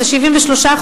זה 73%,